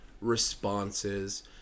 responses